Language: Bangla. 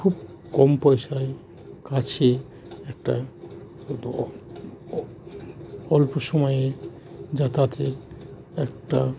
খুব কম পয়সায় কাছে একটা অল্প সময়ে যাতায়াতের একটা